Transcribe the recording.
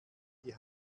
die